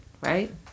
Right